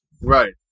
Right